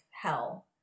hell